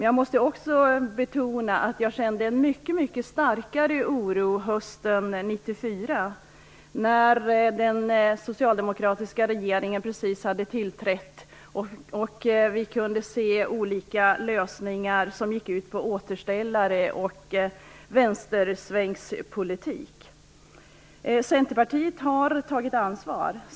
Jag måste dock betona att jag kände en mycket starkare oro hösten 1994, när den socialdemokratiska regeringen precis hade tillträtt och vi kunde se olika lösningar som gick ut på återställare och vänstersvängspolitik. Centerpartiet har tagit ansvar.